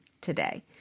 today